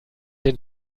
den